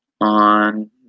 on